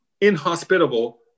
inhospitable